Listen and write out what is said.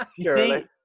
surely